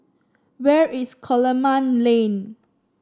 where is Coleman Lane